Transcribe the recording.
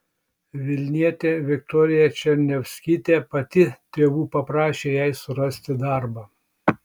vilnietė viktorija černiavskytė pati tėvų paprašė jai surasti darbą